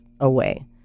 Away